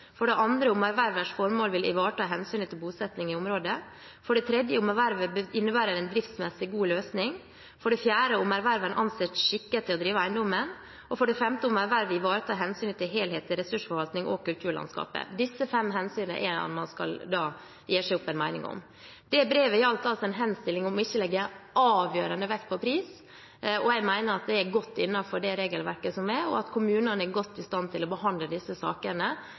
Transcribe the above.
i området, for det tredje om ervervet innebærer en driftsmessig god løsning, for det fjerde om erverver er ansett skikket til å drive eiendommen, og for det femte om ervervet ivaretar hensynet til en helhetlig ressursforvaltning og kulturlandskapet. Disse fem hensynene er det man skal gjøre seg opp en mening om. Det brevet gjaldt en henstilling om ikke å legge avgjørende vekt på pris, og jeg mener at det er godt innenfor det regelverket som er, og at kommunene er godt i stand til å behandle disse sakene